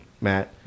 Matt